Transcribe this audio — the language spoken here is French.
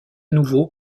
nouveau